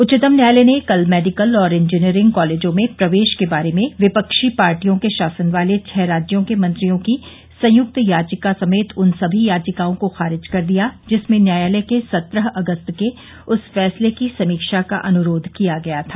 उच्चतम न्यायाल ने कल मेडिकल और इंजिनियरिंग कॉलेजों में प्रवेश के बारे में विपक्षी पार्टियों के शासन वाले छह राज्यों के मंत्रियों की संयुक्त याचिका समेत उन सभी याचिकाओं को खारिज कर दिया जिसमें न्यायालय के सत्रह अगस्त के उस फैसले की समीक्षा का अनुरोध किया गया था